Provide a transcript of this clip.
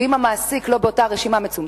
ואם המעסיק לא נמצא באותה רשימה מצומצמת,